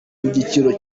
n’igiciro